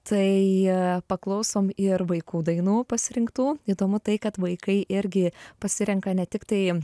tai paklausom ir vaikų dainų pasirinktų įdomu tai kad vaikai irgi pasirenka ne tik tai